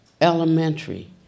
elementary